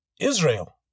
Israel